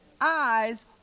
eyes